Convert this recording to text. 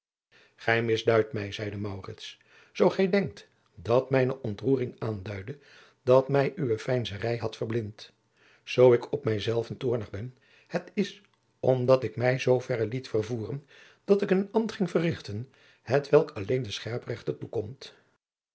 gij misduidt mij zeide maurits zoo gij denkt dat mijne ontroering aanduidde dat mij uwe veinzerij had verblind zoo ik op mij zelven toornig ben het is omdat ik mij zoo verre liet vervoeren dat ik een ambt ging verrichten hetwelk alleen den scherprechter toekomt